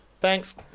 Thanks